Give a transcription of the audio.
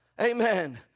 Amen